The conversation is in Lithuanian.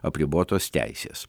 apribotos teisės